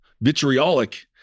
vitriolic